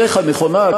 לזה התייחסתי.